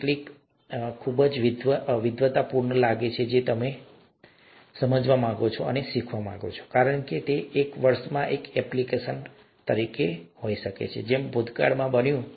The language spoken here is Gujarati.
કેટલીકવાર કંઈક કે જે ખૂબ જ વિદ્વતાપૂર્ણ લાગે છે તમે જાણો છો તમે તેને સમજવા માંગો છો તમે તેને શીખવા માંગો છો કારણ કે તે એક વર્ષમાં એક એપ્લિકેશન હોઈ શકે છે જેમ કે ભૂતકાળમાં બન્યું છે